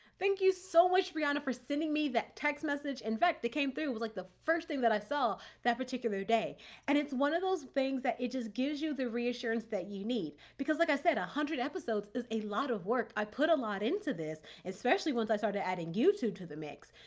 thank you so much, brionna, for sending me that text message. in fact, it came through it was like the first thing that i saw that particular day, and it's one of those things that it just gives you the reassurance that you need because like i said, a hundred episodes is a lot of work. i put a lot into this, especially once i started adding youtube to the mix.